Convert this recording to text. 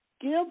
Give